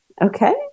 Okay